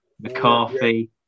McCarthy